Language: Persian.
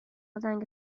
زنگ